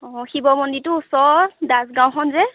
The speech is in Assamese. অঁ শিৱ মন্দিৰটোৰ ওচৰৰ দাস গাঁওখন যে